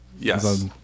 Yes